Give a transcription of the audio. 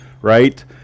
right